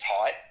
tight